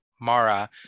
Mara